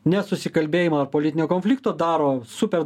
nesusikalbėjimo ar politinio konflikto daro super